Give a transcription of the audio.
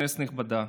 כנסת נכבדה,